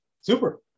Super